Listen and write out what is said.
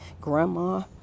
grandma